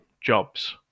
jobs